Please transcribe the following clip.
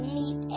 meet